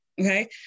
okay